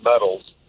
medals